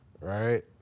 right